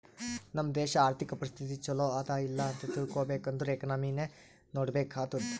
ನಮ್ ದೇಶಾ ಅರ್ಥಿಕ ಪರಿಸ್ಥಿತಿ ಛಲೋ ಅದಾ ಇಲ್ಲ ಅಂತ ತಿಳ್ಕೊಬೇಕ್ ಅಂದುರ್ ಎಕನಾಮಿನೆ ನೋಡ್ಬೇಕ್ ಆತ್ತುದ್